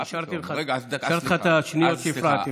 הוספתי לך את השניות שהפרעתי.